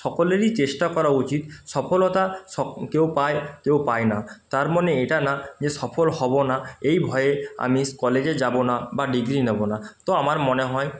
সকলেরই চেষ্টা করা উচিত সফলতা সব কেউ পায় কেউ পায় না তার মনে এটা না যে সফল হব না এই ভয়ে আমি কলেজে যাব না বা ডিগ্রি নেব না তো আমার মনে হয়